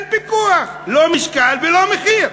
לא משקל ולא מחיר.